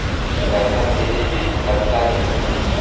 पैसा भेजे मे कतका दिन लगही?